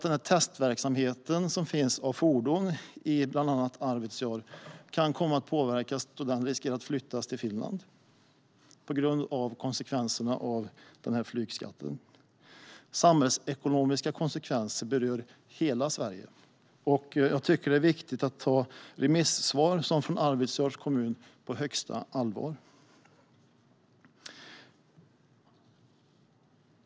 Den testverksamhet som finns av fordon i bland annat Arvidsjaur kan komma att påverkas. Risken är att den flyttas till Finland på grund av konsekvenserna av flygskatten. Dessa samhällsekonomiska konsekvenser berör hela Sverige. Jag tycker att det är viktigt att man tar sådana remissvar som det från Arvidsjaurs kommun på högsta allvar.